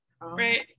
Right